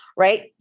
Right